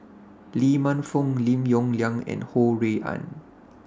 Lee Man Fong Lim Yong Liang and Ho Rui An